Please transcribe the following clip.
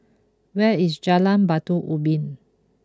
where is Jalan Batu Ubin